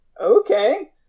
okay